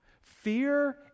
fear